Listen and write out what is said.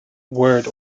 word